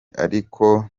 ariko